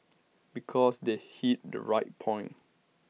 because they hit the right point